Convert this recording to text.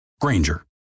Granger